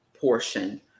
portion